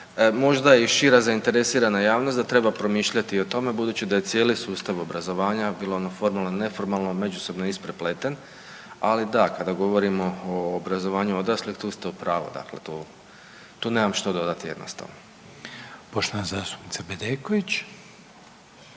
možda i šira zainteresirana javnost da treba promišljati o tome, budući da je cijeli sustav obrazovanja bilo ono formalno-neformalno međusobno isprepleten. Ali da, kada govorimo o obrazovanju odraslih tu ste u pravu, dakle tu nemam što dodati jednostavno. **Reiner, Željko